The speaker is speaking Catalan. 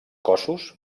cossos